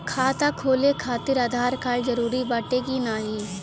खाता खोले काहतिर आधार कार्ड जरूरी बाटे कि नाहीं?